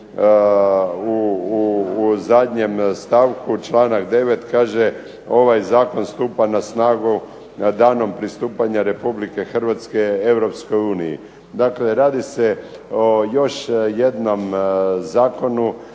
u zadnjem stavku članak 9. kaže: "Ovaj zakon stupa na snagu danom pristupanja Republike Hrvatske Europskoj uniji". Dakle, radi se o još jednom zakonu